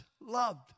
loved